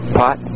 pot